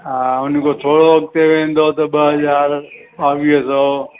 हा उनखां थोरो अॻिते वेंदव त ॿ हज़ार ॿावीह सौ